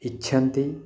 इच्छन्ति